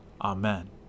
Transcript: Amen